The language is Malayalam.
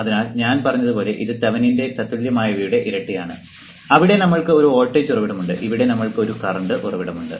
അതിനാൽ ഞാൻ പറഞ്ഞതുപോലെ ഇത് തെവെനിനിന്റെ തത്തുല്യമായവയുടെ ഇരട്ടയാണ് അവിടെ നമ്മൾക്ക് ഒരു വോൾട്ടേജ് ഉറവിടമുണ്ട് ഇവിടെ നമ്മൾക്ക് ഒരു കറൻറ് ഉറവിടമുണ്ട്